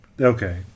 Okay